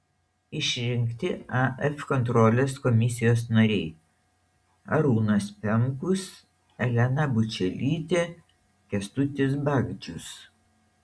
išrinkti af kontrolės komisijos nariai arūnas pemkus elena bučelytė kęstutis bagdžius